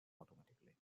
automatically